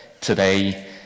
today